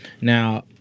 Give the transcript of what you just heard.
Now